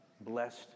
Blessed